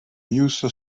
musa